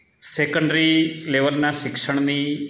secondary લેવલના શિક્ષણની